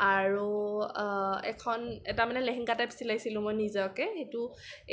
আৰু এখন এটা মানে লেহেংগা টাইপ চিলাইছিলোঁ মই নিজাকৈ সেইটো